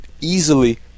easily